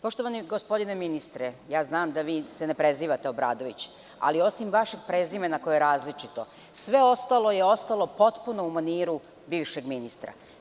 Poštovani gospodine ministre, znam da vi se ne prezivate Obradović, ali osim vašeg prezimena koje je različito, sve ostalo je ostalo potpuno u maniru bivšeg ministra.